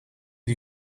die